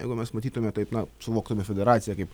jeigu mes matytumėme taip na suvoktume federaciją kaip